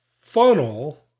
funnel